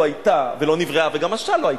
לא היתה ולא נבראה וגם משל לא היתה.